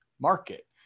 market